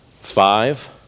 five